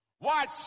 Watch